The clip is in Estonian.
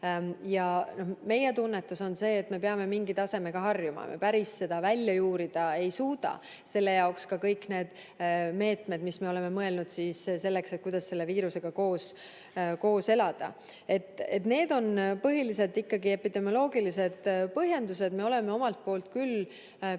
Meie tunnetus on see, et me peame mingi tasemega harjuma, seda päris välja juurida me ei suuda. Selleks on ka kõik need meetmed, mis me oleme mõelnud selleks, et selle viirusega koos elada. Nii et põhiliselt on ikkagi epidemioloogilised põhjendused. Me oleme omalt poolt küll püüdnud